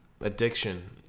Addiction